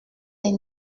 les